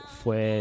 fue